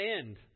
end